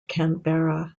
canberra